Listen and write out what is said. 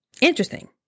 interesting